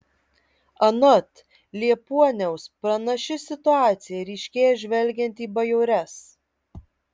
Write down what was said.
anot liepuoniaus panaši situacija ryškėja žvelgiant į bajores